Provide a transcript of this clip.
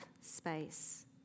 space